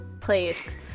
place